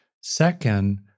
Second